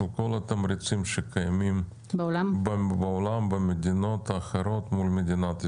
כל התמריצים שקיימים במדינות אחרות בעולם מול מדינת ישראל.